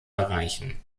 erreichen